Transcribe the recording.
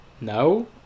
no